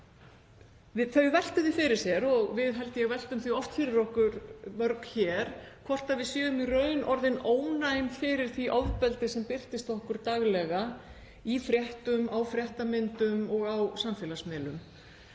Þau veltu því fyrir sér og við, held ég, veltum því oft fyrir okkur mörg hér hvort við séum í raun orðin ónæm fyrir því ofbeldi sem birtist okkur daglega í fréttum, á fréttamyndum og á samfélagsmiðlum.